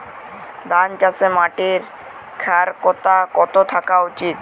ধান চাষে মাটির ক্ষারকতা কত থাকা উচিৎ?